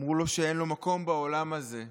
אמרו לו שאין לו מקום בעולם הזה,